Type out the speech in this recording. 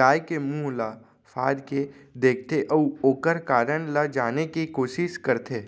गाय के मुंह ल फार के देखथें अउ ओकर कारन ल जाने के कोसिस करथे